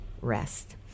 rest